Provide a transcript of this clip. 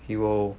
he will